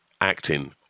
acting